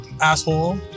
asshole